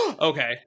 Okay